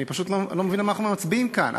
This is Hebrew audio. אני פשוט לא מבין על מה אנחנו מצביעים כאן.